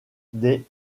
des